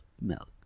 milk